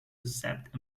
accept